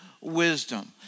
wisdom